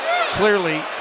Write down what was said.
clearly